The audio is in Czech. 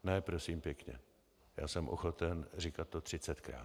Ne, prosím pěkně, já jsem ochoten říkat to třicetkrát.